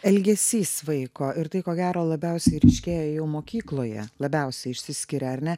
elgesys vaiko ir tai ko gero labiausiai ryškėja jau mokykloje labiausiai išsiskiria ar ne